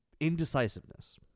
Indecisiveness